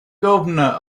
governor